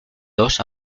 dos